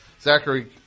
Zachary